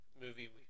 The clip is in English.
movie